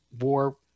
war